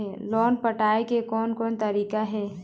Loan पटाए के कोन कोन तरीका हे?